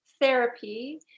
therapy